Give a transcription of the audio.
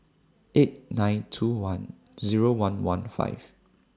eight nine two one Zero one one five